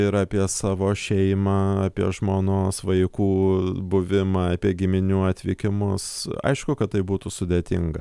ir apie savo šeimą apie žmonos vaikų buvimą apie giminių atvykimus aišku kad tai būtų sudėtinga